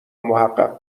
محقق